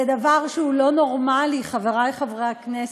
זה דבר שהוא לא נורמלי, חברי חברי הכנסת.